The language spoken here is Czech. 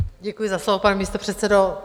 Děkuji za slovo, pane místopředsedo.